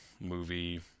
movie